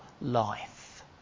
life